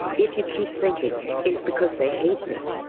if you keep thinking it's because they hate me,